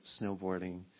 snowboarding